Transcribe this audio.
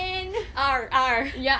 R R